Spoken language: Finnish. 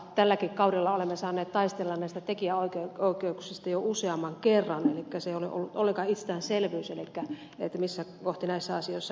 tälläkin kaudella olemme saaneet taistella näistä tekijänoikeuksista jo useamman kerran elikkä se ei ole ollut ollenkaan itsestäänselvyys missä kohti näissä asioissa mennään